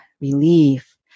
relief